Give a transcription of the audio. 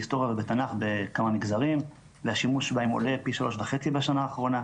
בהיסטוריה ובתנ"ך בכמה מגזרים והשימוש בהם עולה פי 3.5 בשנה האחרונה.